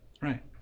right